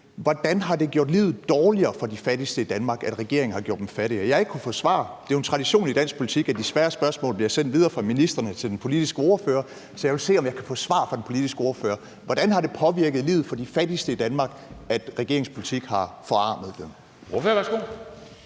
hvordan det har gjort livet dårligere for de fattigste i Danmark, at regeringen har gjort dem fattigere, og jeg har ikke kunnet få svar. Det er jo en tradition i dansk politik, at de svære spørgsmål bliver sendt videre fra ministrene til den politiske ordfører, så jeg vil se, om jeg kan få svar fra den politiske ordfører. Hvordan har det påvirket livet for de fattigste i Danmark, at regeringens politik har forarmet dem? Kl.